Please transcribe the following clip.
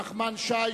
נחמן שי,